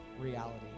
reality